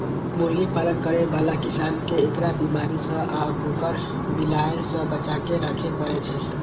मुर्गी पालन करै बला किसान कें एकरा बीमारी सं आ कुकुर, बिलाय सं बचाके राखै पड़ै छै